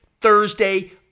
Thursday